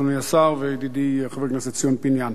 אדוני השר וידידי חבר הכנסת ציון פיניאן,